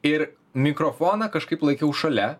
ir mikrofoną kažkaip laikiau šalia